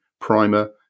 Primer